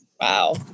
Wow